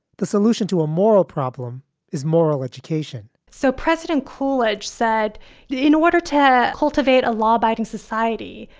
the solution to a moral problem is moral education so president coolidge said in order to cultivate a law abiding society,